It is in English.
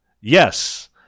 Yes